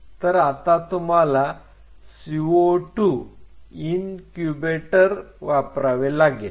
तर आता तुम्हाला CO2 इनक्यूबेटर वापरावे लागेल